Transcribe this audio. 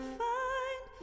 find